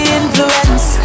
influence